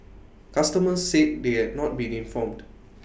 customers said they had not been informed